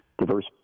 diverse